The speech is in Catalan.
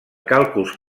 càlculs